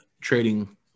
trading